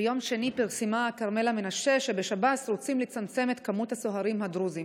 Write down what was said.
ביום שני פרסמה כרמלה מנשה שבשב"ס רוצים לצמצם את מספר הסוהרים הדרוזים.